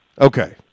Okay